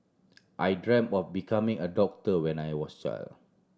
I dreamt of becoming a doctor when I was child